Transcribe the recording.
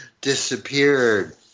disappeared